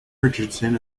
richardson